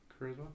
Charisma